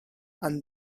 and